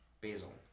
Basil